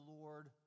Lord